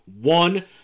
one